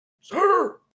Sir